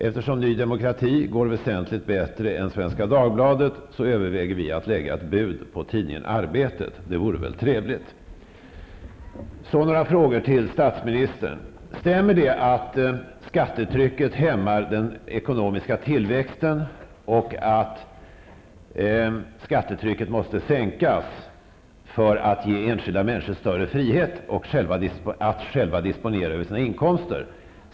Eftersom Ny Demokrati går väsentligt bättre än Svenska Dagbladet överväger vi att lägga ett bud på tidningen Arbetet. Det vore väl trevligt! Så några frågor till statsministern. Stämmer det att skattetrycket hämmar den ekonomiska tillväxten och att skattetrycket måste sänkas för att ge enskilda människor större frihet att själva disponera över sina inkomster?